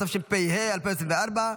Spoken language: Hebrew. התשפ"ה 2024,